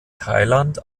thailand